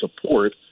support